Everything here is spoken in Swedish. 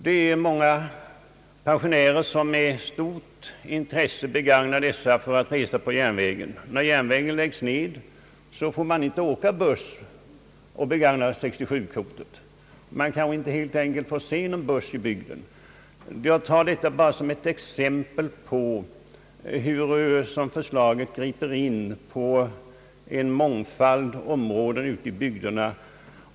Det är många pensionärer som med stort intresse begagnar dessa för att resa på järnvägen. När järnvägen läggs ned får de inte åka buss och begagna 67-kortet. Man kanske helt enkelt inte får se någon buss i bygden. Jag tar detta bara som ett exempel på hur förslaget griper in på en mångfald områden ute i bygderna.